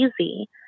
easy